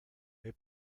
they